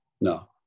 no